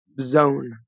zone